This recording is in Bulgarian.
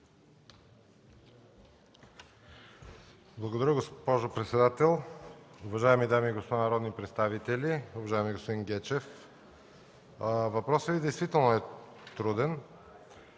Благодаря, госпожо председател. Уважаеми дами и господа народни представители! Уважаеми господин Гечев, въпросът Ви действително е труден.